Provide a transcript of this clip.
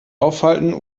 aufhalten